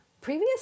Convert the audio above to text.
previous